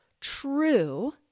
true